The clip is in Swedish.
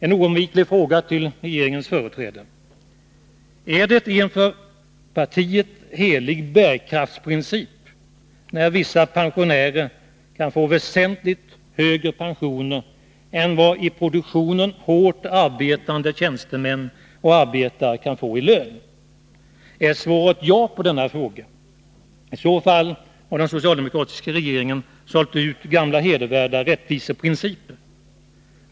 En oundviklig fråga till regeringens företrädare: Är det en för partiet helig bärkraftsprincip, när vissa pensionärer kan få väsentligt högre pensioner än vad i produktionen hårt arbetande tjänstemän och arbetare kan få i lön? Är svaret ja på denna fråga? I så fall har den socialdemokratiska regeringen sålt ut gamla hedervärda rättviseprinciper.